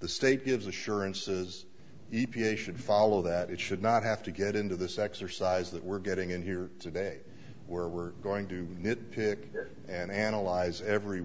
the state gives assurances e p a should follow that it should not have to get into this exercise that we're getting in here today where we're going to nit pick and analyze every